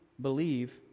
believe